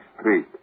Street